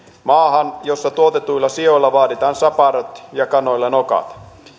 maahan jossa tuotetuilta sioilta vaaditaan saparot ja kanoilta nokat